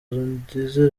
zigize